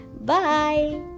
Bye